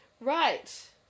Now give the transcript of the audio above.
Right